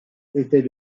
était